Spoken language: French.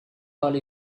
parle